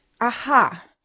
aha